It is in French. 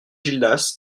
gildas